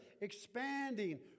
expanding